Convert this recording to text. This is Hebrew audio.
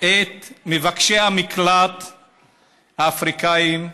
את מבקשי המקלט האפריקנים.